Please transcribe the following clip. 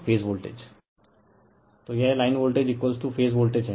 refer slide time 1915 तो यह line voltage phase voltage है